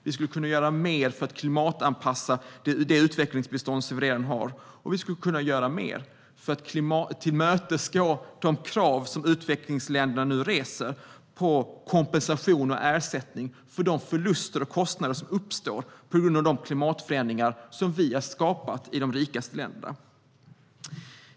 Vi skulle kunna göra mer för att klimatanpassa det utvecklingsbistånd som vi redan har, och vi skulle kunna göra mer för att tillmötesgå de krav som utvecklingsländerna nu ställer på kompensation och ersättning för de förluster och kostnader som uppstår på grund av klimatförändringarna som vi i de rikaste länderna har skapat.